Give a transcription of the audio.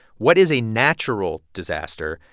what is a natural disaster?